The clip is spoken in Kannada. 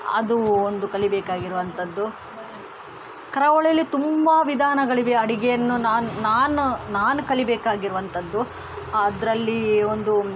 ಅದು ಒಂದು ಕಲಿಬೇಕಾಗಿರುವಂಥದ್ದು ಕರಾವಳಿಯಲ್ಲಿ ತುಂಬ ವಿಧಾನಗಳಿವೆ ಅಡುಗೆಯನ್ನು ನಾನು ನಾನು ನಾನು ಕಲಿಬೇಕಾಗಿರುವಂಥದ್ದು ಅದರಲ್ಲಿ ಒಂದು